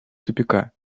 тупика